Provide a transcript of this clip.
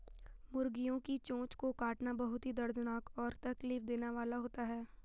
मुर्गियों की चोंच को काटना बहुत ही दर्दनाक और तकलीफ देने वाला होता है